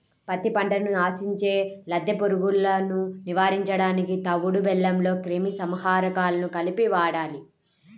పత్తి పంటను ఆశించే లద్దె పురుగులను నివారించడానికి తవుడు బెల్లంలో క్రిమి సంహారకాలను కలిపి వాడాలి